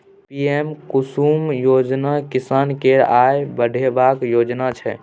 PM Kusum योजना किसान केर आय बढ़ेबाक योजना छै